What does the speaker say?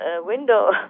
window